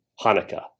Hanukkah